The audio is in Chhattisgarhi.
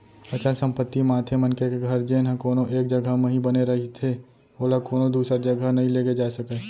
अचल संपत्ति म आथे मनखे के घर जेनहा कोनो एक जघा म ही बने रहिथे ओला कोनो दूसर जघा नइ लेगे जाय सकय